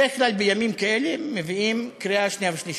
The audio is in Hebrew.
בדרך כלל בימים כאלה מביאים קריאה שנייה ושלישית.